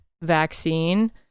vaccine